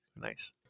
nice